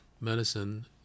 medicine